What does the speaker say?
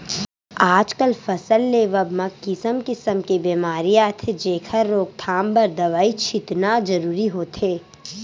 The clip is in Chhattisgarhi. आजकल फसल लेवब म किसम किसम के बेमारी आथे जेखर रोकथाम बर दवई छितना जरूरी होथे